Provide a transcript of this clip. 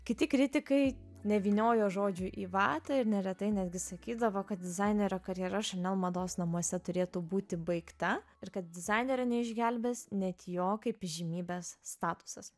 kiti kritikai nevyniojo žodžių į vatą ir neretai netgi sakydavo kad dizainerio karjera chanel mados namuose turėtų būti baigta ir kad dizainerio neišgelbės net jo kaip įžymybės statusas